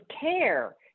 care